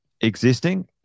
existing